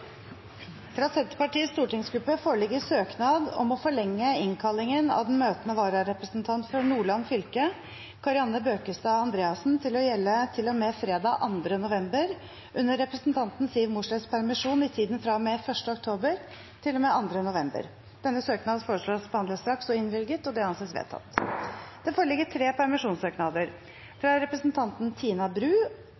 Fra Senterpartiets stortingsgruppe foreligger søknad om å forlenge innkallingen av den møtende vararepresentant for Nordland fylke, Karianne Bøkestad Andreassen , til å gjelde til og med fredag 2. november, under representanten Siv Mossleths permisjon i tiden fra og med 1. oktober til og med 2. november. Denne søknad foreslås behandlet straks og innvilget. – Det anses vedtatt. Det foreligger tre permisjonssøknader: